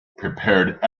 prepared